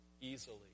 easily